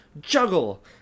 juggle